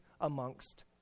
amongst